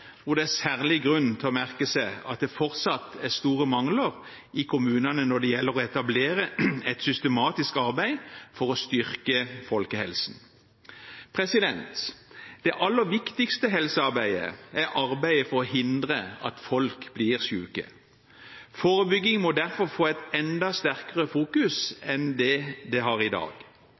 det er særlig grunn til å merke seg at det fortsatt er store mangler i kommunene når det gjelder å etablere et systematisk arbeid for å styrke folkehelsen. Det aller viktigste helsearbeidet er arbeidet for å hindre at folk blir syke. Forebygging må derfor få et enda sterkere fokus enn det har i dag.